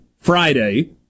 Friday